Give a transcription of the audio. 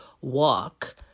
walk